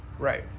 right